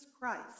Christ